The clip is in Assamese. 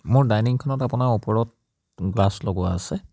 মোৰ ডাইনিংখনত আপোনাৰ ওপৰত গ্লাচ লগোৱা আছে